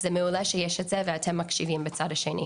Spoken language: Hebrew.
זה מעולה שיש את זה ושאתם מקשיבים בצד השני.